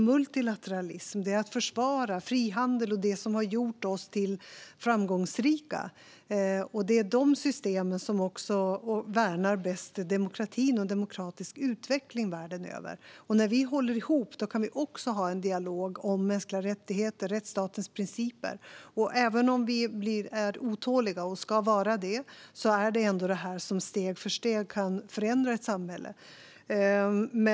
Multilateralism och att försvara frihandel och det som har gjort oss framgångsrika är de system som också bäst värnar demokratin och en demokratisk utveckling världen över. När vi håller ihop kan vi också ha en dialog om mänskliga rättigheter och rättsstatens principer. Även om vi är otåliga och ska vara det är ändå det här det som steg för steg kan förändra ett samhälle.